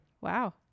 wow